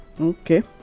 Okay